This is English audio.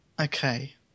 Okay